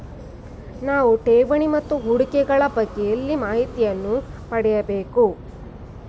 ನಾವು ಠೇವಣಿ ಮತ್ತು ಹೂಡಿಕೆ ಗಳ ಬಗ್ಗೆ ಎಲ್ಲಿ ಮಾಹಿತಿಯನ್ನು ಪಡೆಯಬೇಕು?